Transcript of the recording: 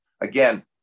again